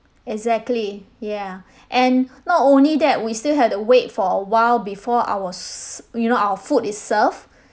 exactly ya and not only that we still had to wait for a while before I was you know our food is served